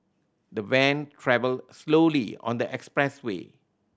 the van travelled slowly on the expressway